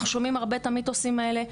אנחנו שומעים הרבה את המיתוסים האלה.